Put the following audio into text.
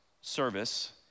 service